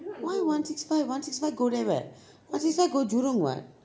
why one six five one six five go there where one six five go jurong [what]